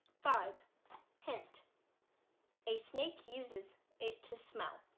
five hint a snake uses it to smell